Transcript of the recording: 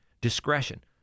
discretion